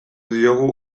diogu